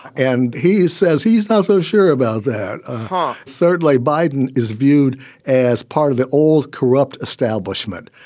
and he says he's not so sure about that, ah huh? certainly, biden is viewed as part of the old corrupt establishment,